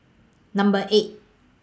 Number eight